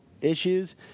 issues